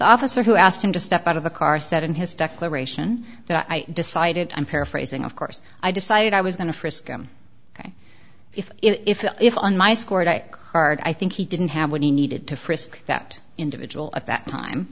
officer who asked him to step out of the car said in his declaration that i decided i'm paraphrasing of course i decided i was going to frisk him ok if if if on my score die hard i think he didn't have when he needed to frisk that individual at that time